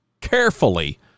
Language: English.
carefully